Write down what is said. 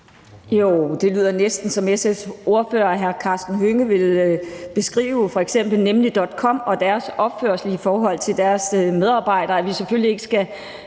Jo, det lyder næsten, som SF's ordfører hr. Karsten Hønge ville beskrive f.eks. nemlig.com og deres opførsel i forhold til deres medarbejdere, nemlig at vi selvfølgelig ikke skal